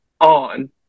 on